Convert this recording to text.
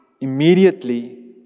immediately